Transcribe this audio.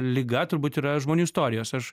liga turbūt yra žmonių istorijos aš